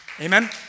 Amen